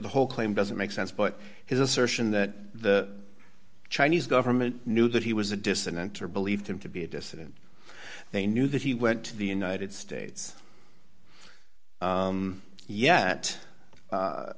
the whole claim doesn't make sense but his assertion that the chinese government knew that he was a dissident or believed him to be a dissident they knew that he went to the united states yet